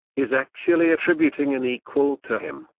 is actually attributing an equal to him,